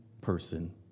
person